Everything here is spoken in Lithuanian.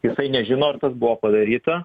jisai nežino ar tas buvo padaryta